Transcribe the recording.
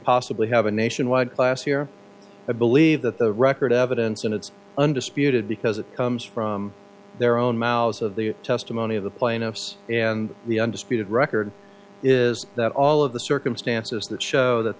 possibly have a nationwide class here i believe that the record evidence and its undisputed because it comes from their own mouths of the testimony of the plaintiffs and the undisputed record is that all of the circumstances that show that